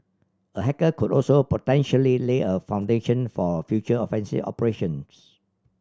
a hacker could also potentially lay a foundation for future offensive operations